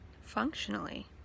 functionally